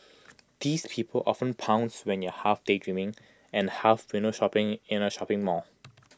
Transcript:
these people often pounce when you half daydreaming and half window shopping in A shopping mall